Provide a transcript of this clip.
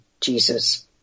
Jesus